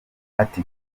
ati